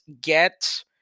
get –